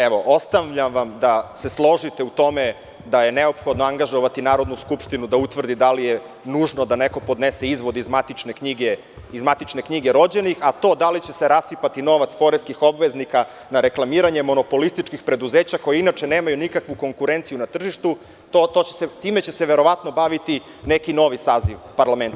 Evo ostavljam vam da se složite u tome da je neophodno angažovati Narodnu skupštinu da utvrdi da li je nužno da neko podnese izvod iz matične knjige rođenih, a to da li će se rasipati novac poreskih obveznika na reklamiranje monopolističkih preduzeća, koja inače, nemaju nikakvu konkurenciju na tržištu, time će se verovatno baviti neki novi saziv parlamenta.